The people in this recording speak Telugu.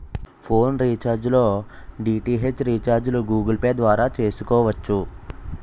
ఫోన్ రీఛార్జ్ లో డి.టి.హెచ్ రీఛార్జిలు గూగుల్ పే ద్వారా చేసుకోవచ్చు